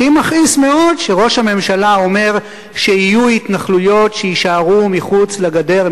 אותי מכעיס מאוד שראש הממשלה אומר שיהיו התנחלויות שיישארו מחוץ לגדר,